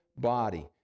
body